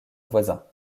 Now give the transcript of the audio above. voisins